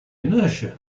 inertia